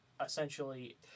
essentially